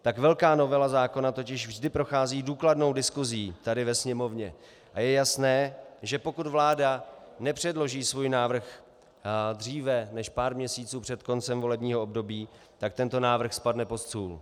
Tak velká novela zákona totiž vždy prochází důkladnou diskusí tady ve Sněmovně a je jasné, že pokud vláda nepředloží svůj návrh dříve než pár měsíců před koncem volebního období, tento návrh spadne pod stůl.